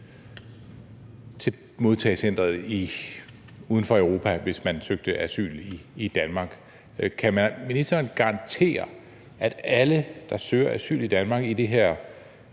til modtagecenteret uden for Europa, hvis man søgte asyl i Danmark. Kan ministeren garantere, at alle, der søger asyl i Danmark i det her